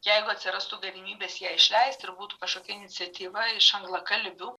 jeigu atsirastų galimybės ją išleist ir būtų kažkokia iniciatyva iš anglakalbių